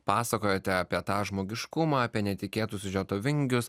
pasakojote apie tą žmogiškumą apie netikėtus siužeto vingius